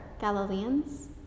Galileans